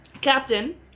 Captain